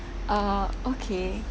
uh okay